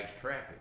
traffic